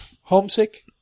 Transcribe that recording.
homesick